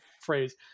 phrase